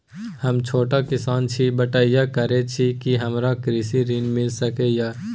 हम छोट किसान छी, बटईया करे छी कि हमरा कृषि ऋण मिल सके या?